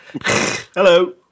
Hello